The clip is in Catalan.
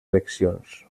eleccions